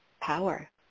power